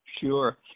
Sure